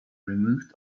removed